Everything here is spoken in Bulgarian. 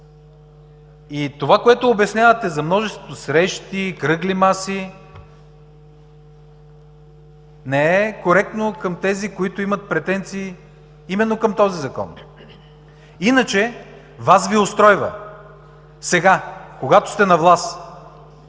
И това, което обяснявате за множеството срещи, кръгли маси, не е коректно към тези, които имат претенции именно към този закон. Иначе Вас той Ви устройва сега, когато сте на власт